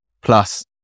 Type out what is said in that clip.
plus